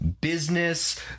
business